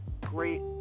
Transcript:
great